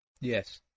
Yes